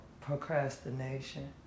Procrastination